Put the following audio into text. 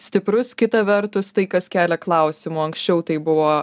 stiprus kita vertus tai kas kelia klausimų anksčiau tai buvo